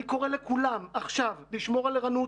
אני קורא לכולם עכשיו לשמור על הערנות.